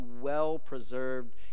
well-preserved